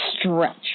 stretch